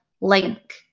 link